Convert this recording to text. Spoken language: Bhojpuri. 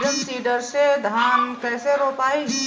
ड्रम सीडर से धान कैसे रोपाई?